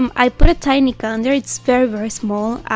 um i put a tiny calendar. it's very very small